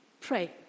pray